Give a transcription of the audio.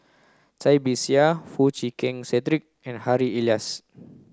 Cai Bixia Foo Chee Keng Cedric and Harry Elias